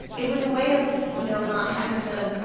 it was a way of, you know, not having to,